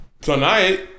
Tonight